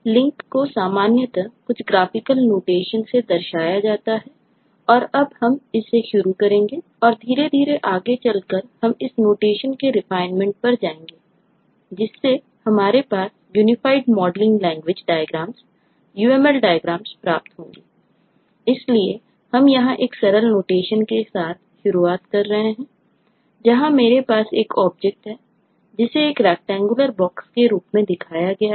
link है